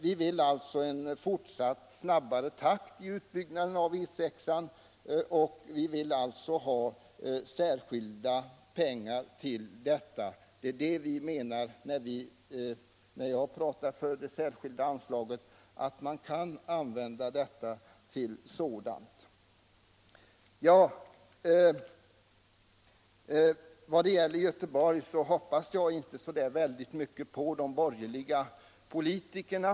Vi vill alltså ha en snabbare takt i utbyggnaden av E6, och vi vill ha särskilda pengar för detta. När jag talat för det särskilda anslaget har jag menat att man kan använda medlen för just sådant. Beträffande Göteborg hoppas jag inte så mycket på de borgerliga politikerna.